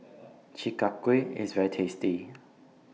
Chi Kak Kuih IS very tasty